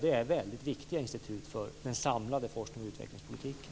Det är viktiga institut för den samlade forsknings och utvecklingspolitiken.